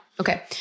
Okay